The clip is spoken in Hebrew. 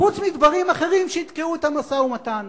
חוץ מדברים אחרים שיתקעו את המשא-ומתן.